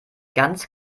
ganz